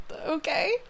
okay